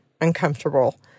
uncomfortable